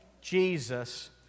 Jesus